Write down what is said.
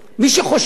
מי שחושב